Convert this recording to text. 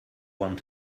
want